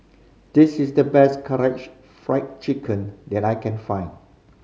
this is the best Karaage Fried Chicken that I can find